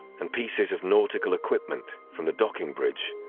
and pieces of nautical equipment from the docking bridge